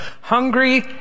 Hungry